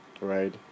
Right